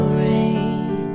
rain